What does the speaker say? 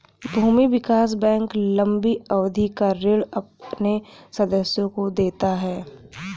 भूमि विकास बैंक लम्बी अवधि का ऋण अपने सदस्यों को देता है